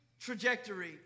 trajectory